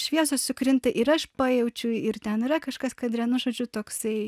šviesos sukrinta ir aš pajaučiau ir ten yra kažkas kad vienu žodžiu toksai